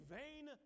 vain